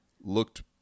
looked